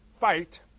fight